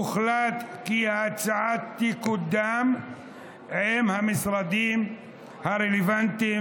הוחלט כי ההצעה תקודם עם המשרדים הרלוונטיים